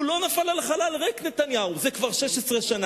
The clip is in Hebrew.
הוא לא נפל על חלל ריק, נתניהו, זה כבר 16 שנה.